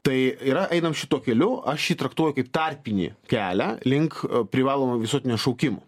tai yra einam šituo keliu aš jį traktuoja kaip tarpinį kelią link privalomo visuotinio šaukimo